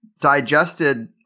digested